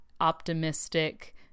optimistic